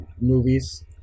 movies